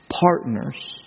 partners